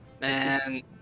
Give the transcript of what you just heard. Man